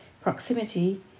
proximity